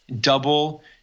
double